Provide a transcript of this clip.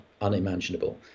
unimaginable